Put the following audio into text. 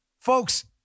Folks